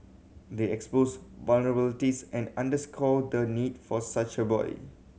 they exposed vulnerabilities and underscore the need for such a boy